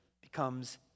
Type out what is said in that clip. becomes